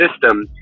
system